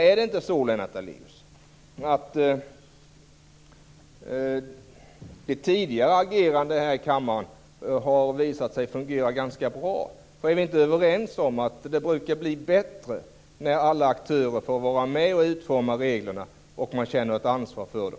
Är det inte så att Lennart Daléus tidigare agerande här i kammaren har visat sig fungera ganska bra? Är vi inte överens om att det brukar bli bättre när alla aktörer får vara med och utforma reglerna och man känner ett ansvar för dem?